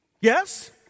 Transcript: Yes